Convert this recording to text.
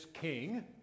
king